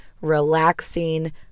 relaxing